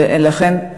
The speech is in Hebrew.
ולכן,